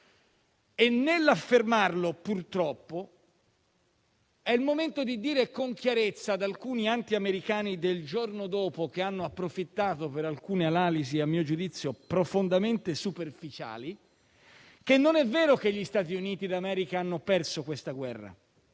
E nell'affermarlo, purtroppo, è il momento di dire con chiarezza ad alcuni antiamericani del giorno dopo, che hanno approfittato per alcune analisi a mio giudizio profondamente superficiali, che non è vero che gli Stati Uniti d'America hanno perso questa guerra,